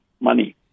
money